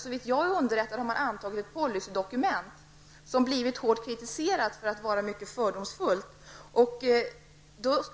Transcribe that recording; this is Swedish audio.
Såvitt jag är rätt underättad har man antagit ett policydokument, som har blivit hårt kritiserat för att vara mycket fördomsfullt.